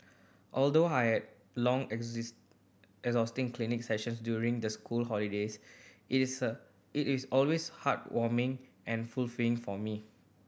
although I have long exhausting clinic sessions during the school holidays it is a it is always heartwarming and fulfilling for me